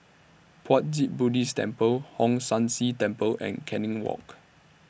Puat Jit Buddhist Temple Hong San See Temple and Canning Walk